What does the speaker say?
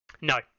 No